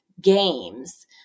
games